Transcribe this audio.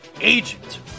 agent